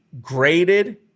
graded